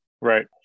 Right